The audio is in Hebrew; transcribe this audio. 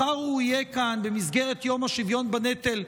מחר הוא יהיה כאן במסגרת יום השוויון בנטל,